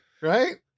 Right